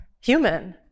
human